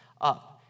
up